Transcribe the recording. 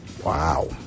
Wow